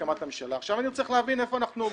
אני רוצה להבין איפה אנחנו עומדים.